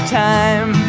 time